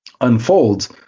unfolds